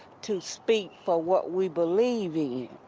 to speak for what we believe in,